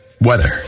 weather